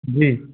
जी